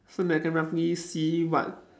so that I can roughly see what